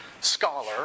scholar